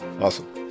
Awesome